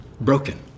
broken